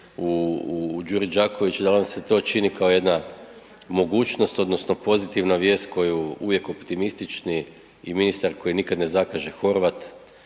u Đuri Đakoviću, da li vam se to čini kao jedna mogućnost, odnosno pozitivna vijest koju uvijek optimistični i ministar koji nikad ne zakaže Horvat